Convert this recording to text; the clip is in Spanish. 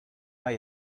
hay